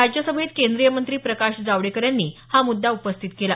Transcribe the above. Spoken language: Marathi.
राज्यसभेत केंद्रीय मंत्री प्रकाश जावडेकर यांनी हा मुद्दा उपस्थित केला